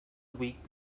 week